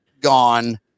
gone